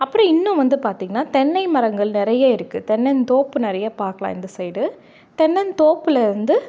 அப்புறம் இன்னும் வந்து பார்த்தீங்கன்னா தென்னை மரங்கள் நிறையா இருக்குது தென்னந்தோப்பு நிறையா பார்க்குலாம் இந்த சைடு தென்னந்தோப்புலிருந்து